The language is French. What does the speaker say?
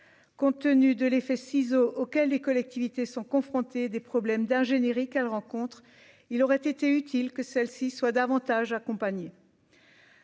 compte tenu de l'effet ciseaux auquel les collectivités sont confrontées, des problèmes d'ingénierie qu'elle rencontre, il aurait été utile que celle-ci soit davantage accompagner.